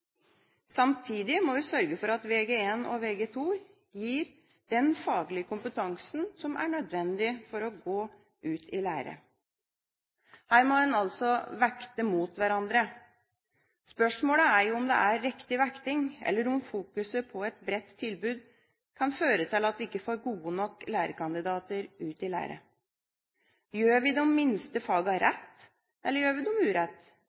Samtidig må vi sørge for at Vg1 og Vg2 gir den faglige kompetansen som er nødvendig for å gå ut i lære. Her må en altså vekte mot hverandre. Spørsmålet er om det er riktig vekting, eller om fokuset på et bredt tilbud kan føre til at vi ikke får gode nok lærekandidater ut i lære. Gjør vi de minste fagene rett, eller gjør vi